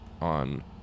on